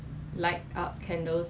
seven dollars